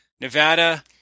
Nevada